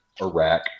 Iraq